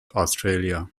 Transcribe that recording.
australia